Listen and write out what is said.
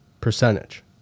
percentage